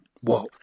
Whoa